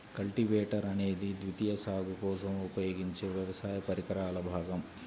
cultivator అనేది ద్వితీయ సాగు కోసం ఉపయోగించే వ్యవసాయ పరికరాల భాగం